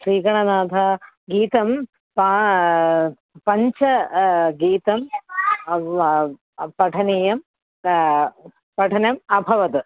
श्रीगणनाथा गीतं पा पञ्च गीतम् पठनीयं पठनम् अभवद्